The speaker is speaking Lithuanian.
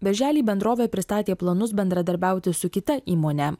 birželį bendrovė pristatė planus bendradarbiauti su kita įmone